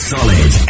Solid